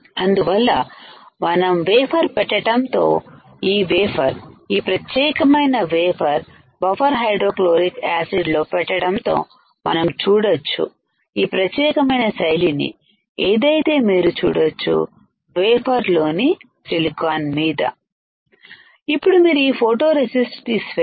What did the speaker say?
అందువల్ల మనము వేఫర్ పెట్టటంతో ఈ వేఫర్ఈ ప్రత్యేకమైనవే ఫర్ బఫర్ హైడ్రోక్లోరిక్ యాసిడ్ లో పెట్టడంతో మనం చూడొచ్చు ఈ ప్రత్యేకమైన శైలిని ఏదైతే మీరు చూడొచ్చు వే ఫర్లోని సిలికాన్ మీద ఇప్పుడు మీరు ఈ ఫోటో రెసిస్ట్ తీసేయాలి